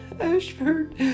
Ashford